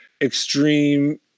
extreme